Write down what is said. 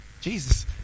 Jesus